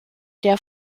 der